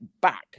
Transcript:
back